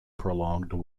prolonged